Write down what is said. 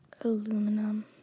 aluminum